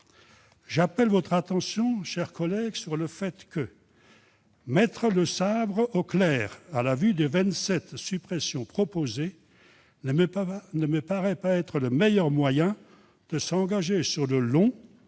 J'appelle votre attention, mes chers collègues, sur le fait que mettre le sabre au clair à la vue des vingt-sept suppressions proposées ne me paraît pas être le meilleur moyen de s'engager sur le long,